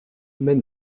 mais